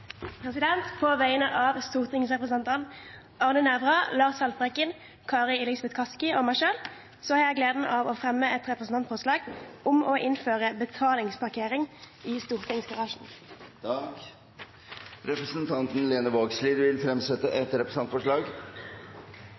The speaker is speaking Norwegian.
På vegne av stortingsrepresentantene Arne Nævra, Kari Elisabeth Kaski, Lars Haltbrekken og meg selv har jeg gleden av å fremme et representantforslag om å innføre betalingsparkering i stortingsgarasjen. Representanten Lene Vågslid vil fremsette et representantforslag.